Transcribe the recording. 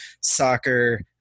soccer